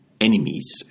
enemies